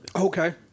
Okay